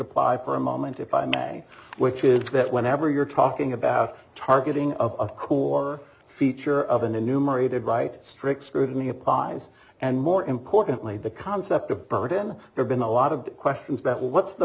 apply for a moment if i may which is that whenever you're talking about targeting of cool or feature of an enumerated right strict scrutiny apologize and more importantly the concept of burden there been a lot of questions about what's the